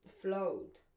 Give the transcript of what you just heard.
Float